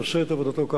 שעושה את עבודתו כהלכה.